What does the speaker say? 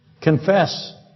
Confess